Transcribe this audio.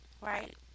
Right